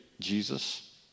Jesus